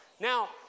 Now